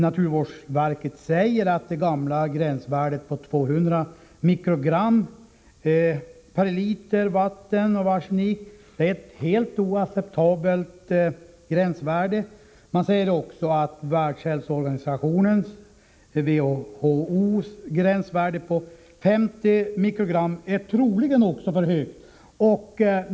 Naturvårdsverket säger att det gamla gränsvärdet på 200 mikrogram arsenik per liter vatten är helt oacceptabelt. Världshälsoorganisationens, WHO:s, gränsvärde på 50 mikrogram är troligen också för högt.